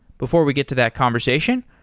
before we get to that conversation,